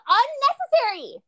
unnecessary